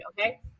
okay